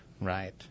Right